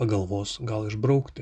pagalvos gal išbraukti